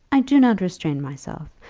i do not restrain myself.